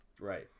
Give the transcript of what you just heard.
Right